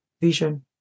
vision